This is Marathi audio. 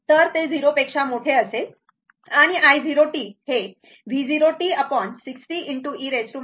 तर ते 0 पेक्षा मोठे असेल आणि i0t हे V 0 t 60 e 5t आहे